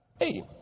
Hey